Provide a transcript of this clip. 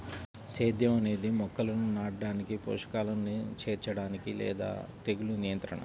సేద్యం అనేది మొక్కలను నాటడానికి, పోషకాలను చేర్చడానికి లేదా తెగులు నియంత్రణ